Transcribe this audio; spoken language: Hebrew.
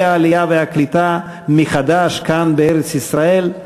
העלייה והקליטה מחדש כאן בארץ-ישראל,